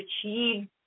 achieve